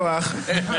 שכוייח.